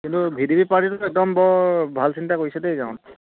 কিন্তু এই V D P পাৰ্টীটো একদম বৰ ভাল চিন্তা কৰিছে দেই গাঁৱত